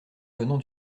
venant